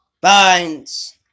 binds